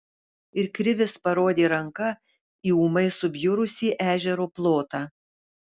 ir krivis parodė ranka į ūmai subjurusį ežero plotą